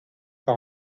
par